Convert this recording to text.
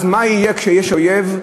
אז מה יהיה כשיש אויב,